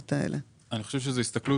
אני חושב שהמועצה לא מבקשת